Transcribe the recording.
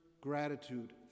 gratitude